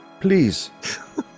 please